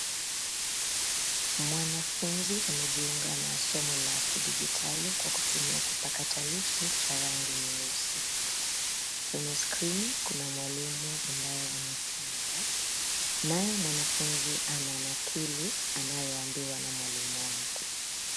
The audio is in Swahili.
Mwanafunzi amejiunga na somo la kidijitali kwa kutumia kipakatalishi cha rangi nyeusi. Kwenye skrini kuna mwalimu ambaye anafunza naye mwanafunzi ananakili anayoambiwa na mwalimu wake.